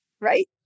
Right